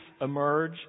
emerge